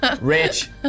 Rich